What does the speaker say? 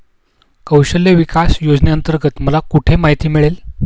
कौशल्य विकास योजनेअंतर्गत मला कुठे माहिती मिळेल?